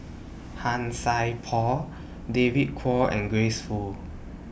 Han Sai Por David Kwo and Grace Fu